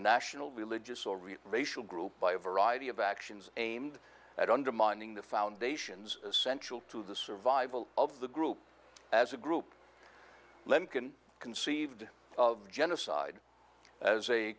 national religious or racial group by a variety of actions aimed at undermining the foundations essential to the survival of the group as a group len can conceive of genocide as a